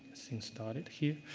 thing started here?